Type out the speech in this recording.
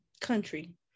Country